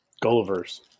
Gulliver's